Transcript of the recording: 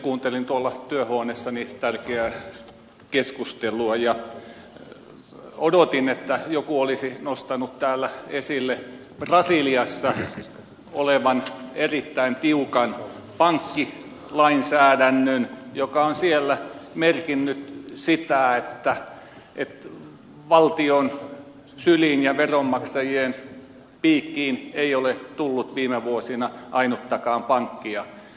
kuuntelin tuolla työhuoneessani tärkeää keskustelua ja odotin että joku olisi nostanut täällä esille brasilian erittäin tiukan pankkilainsäädännön joka on siellä merkinnyt sitä että valtion syliin ja veronmaksajien piikkiin ei ole tullut viime vuosina ainuttakaan pankkia